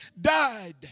died